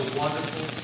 wonderful